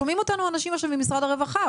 שומעים אותנו אנשים עכשיו במשרד הרווחה,